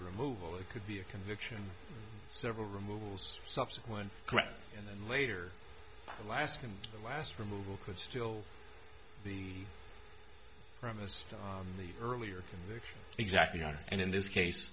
removal it could be a conviction several removals subsequent correct and then later alaska and the last removal could still be premised on the earlier conviction exactly on and in this case